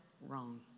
wrong